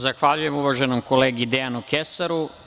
Zahvaljujem, uvaženom kolegi Dejanu Kesaru.